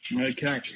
Okay